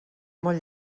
molt